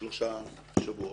מאמצים.